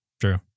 true